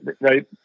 right